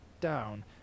down